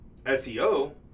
SEO